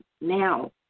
now